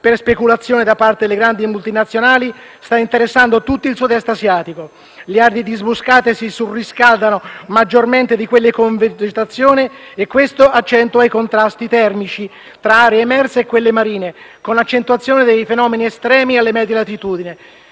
per speculazione da parte delle grandi multinazionali, sta interessando tutto il Sud-Est asiatico. Le aree disboscate si surriscaldano maggiormente di quelle con vegetazione e questo accentua i contrasti termici tra le aree emerse e quelle marine con accentuazione dei fenomeni estremi alle medie latitudini,